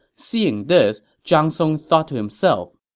seeing this, zhang song thought to himself,